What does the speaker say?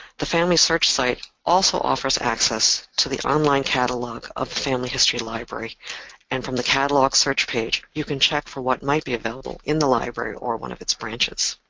the familysearch site also offers access to the online catalog of the family history library and, from the catalog search page, you can check for what might be available in the library or one of its branches.